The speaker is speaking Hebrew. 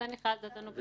זה נכלל לדעתנו בסעיף.